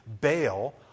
bail